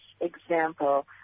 example